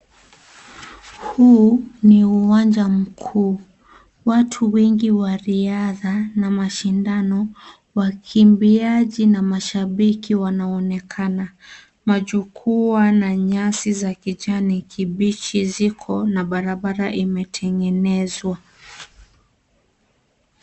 Huu ni uwanja mkuu, watu wengi wa riadha na mashindano, wakimbiaji na mashabiki wanaonekana. Majukwaa na nyasi za kijani kibichi ziko na barabara imetengenezwa.